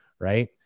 right